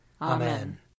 Amen